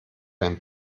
beim